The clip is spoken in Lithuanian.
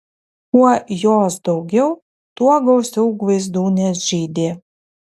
kuo jos daugiau tuo gausiau gvaizdūnės žydi